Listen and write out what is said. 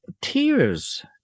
tears